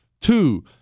Two